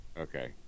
Okay